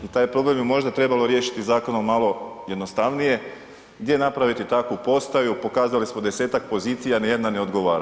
I taj problem je možda trebalo riješiti zakonom malo jednostavnije, gdje napraviti takvu postaju, pokazali smo 10-tak pozicija, nijedna ne odgovara.